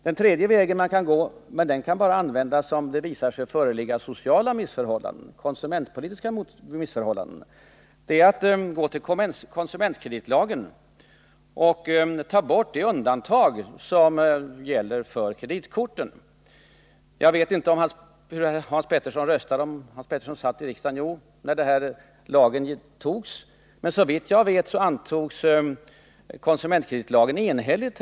En tredje väg som man kan gå men som bara kan användas om det visar sig föreligga konsumentpolitiska missförhållanden av social natur är att i konsumentkreditlagen ta bort det undantag som gäller för kreditkorten. Jag tror att Hans Petersson var med vid omröstningen när denna lag antogs i riksdagen, och såvitt jag minns fattades det beslutet enhälligt.